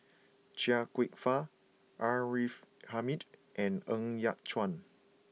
Chia Kwek Fah R A Hamid and Ng Yat Chuan